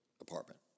apartment